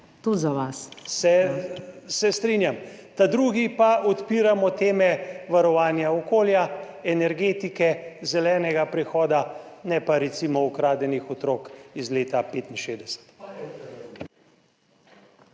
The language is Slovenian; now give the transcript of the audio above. Svoboda): Se strinjam. Drugi pa odpiramo teme varovanja okolja, energetike, zelenega prehoda, ne pa recimo ukradenih otrok iz leta 1965.